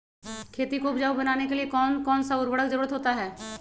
खेती को उपजाऊ बनाने के लिए कौन कौन सा उर्वरक जरुरत होता हैं?